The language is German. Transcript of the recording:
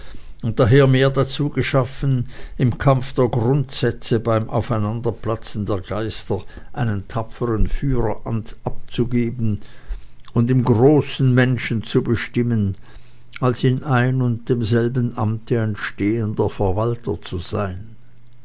und daher mehr dazu geschaffen im kampfe der grundsätze beim aufeinanderplatzen der geister einen tapferen führer abzugeben und im großen menschen zu bestimmen als in ein und demselben amte ein stehender verwalter zu sein